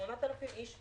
8,000 איש,